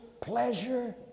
pleasure